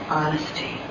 honesty